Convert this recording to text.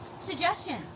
suggestions